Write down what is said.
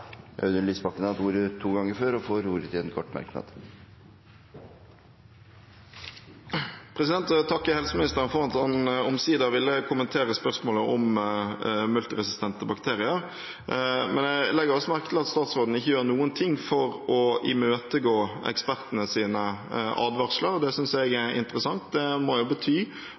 Audun Lysbakken har hatt ordet to ganger før, og får ordet til en kort merknad, begrenset til 1 minutt. Takk til helseministeren for at han omsider ville kommentere spørsmålet om multiresistente bakterier. Men jeg legger merke til at statsråden ikke gjør noen ting for å imøtegå ekspertenes advarsler. Det synes jeg er interessant. Det må jo bety